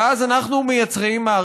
גז טבעי, והוא הרבה פחות מזהם מדיזל.